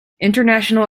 international